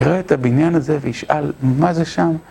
יראה את הבניין הזה וישאל, מה זה שם?